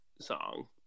song